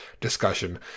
discussion